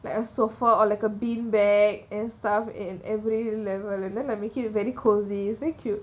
like a sofa or like a bean bag and stuff in every level and then like make it very cosy it's very cute